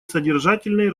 содержательной